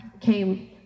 came